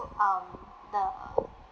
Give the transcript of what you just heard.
um the